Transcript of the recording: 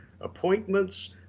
appointments